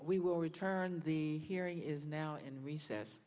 we will return the hearing is now in recess